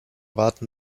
warten